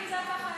אם זה היה ככה,